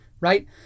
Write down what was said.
Right